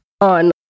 on